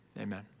amen